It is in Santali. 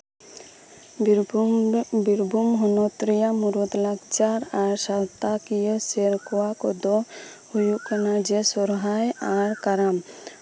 ᱵᱤᱨᱵᱷᱩᱢ ᱵᱤᱨᱵᱷᱩᱢ ᱦᱚᱱᱚᱛ ᱨᱮᱭᱟᱜ ᱞᱟᱠᱪᱟᱨ ᱟᱨ ᱥᱟᱶᱛᱟ ᱠᱤᱭᱟᱹ ᱥᱮᱨᱣᱟ ᱠᱚᱫᱚ ᱦᱩᱭᱩᱜ ᱠᱟᱱᱟ ᱡᱮ ᱥᱚᱨᱦᱟᱭ ᱟᱨ ᱠᱟᱨᱟᱢ